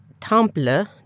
Temple